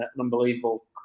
unbelievable